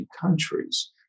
countries